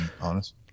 honest